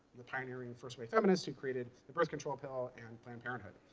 the pioneering first wave feminist who created the birth control pill and planned parenthood.